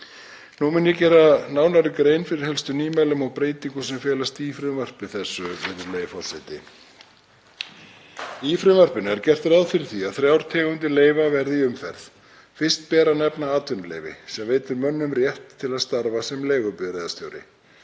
Ég mun nú gera nánari grein fyrir helstu nýmælum og breytingum sem felast í frumvarpi þessu. Í frumvarpinu er gert ráð fyrir því að þrjár tegundir leyfa verði í umferð. Fyrst ber að nefna atvinnuleyfi sem veitir mönnum rétt til að starfa sem leigubifreiðarstjórar.